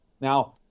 Now